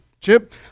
Chip